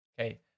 Okay